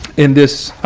in this,